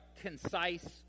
concise